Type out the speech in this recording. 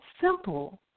simple